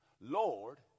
Lord